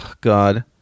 God